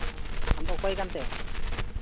ᱟᱢᱫᱚ ᱚᱠᱚᱭ ᱠᱟᱱᱛᱮ